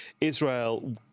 Israel